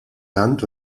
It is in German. land